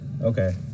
Okay